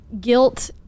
guilt